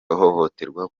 guhohoterwa